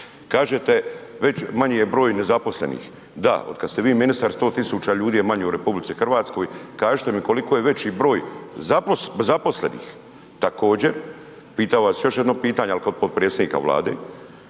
Kažete već, manji je broj ne zaposlenih. Da, otkada ste vi ministar 100 tisuća ljudi je manje u RH. Kažite mi koliko je veći broj zaposlenih. Također, pitam vas još jedno pitanje ali kao potpredsjednika Vlade,